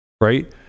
Right